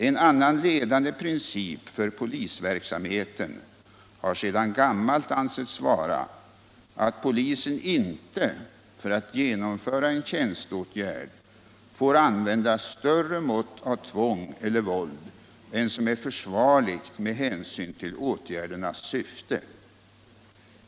En annan ledande princip för polisverksamheten har sedan gammalt ansetts vara att polisen inte för att genomföra en tjänsteåtgärd får använda större mått av tvång eller våld än som är försvarligt med hänsyn till åtgärdens Nr 38 syfte.